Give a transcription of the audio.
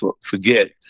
forget